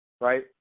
right